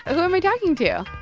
who am i talking to?